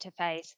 interface